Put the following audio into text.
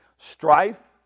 Strife